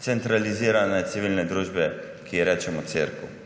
centralizirane civilne družbe, ki ji rečemo cerkev.